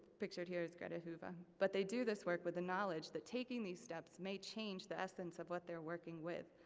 pictured here is greta huuva, but they do this work with the knowledge that taking these steps may change the essence of what they're working with.